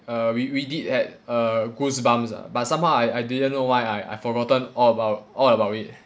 uh we we did at uh goosebumps ah but somehow I I didn't know why I I forgotten all about all about it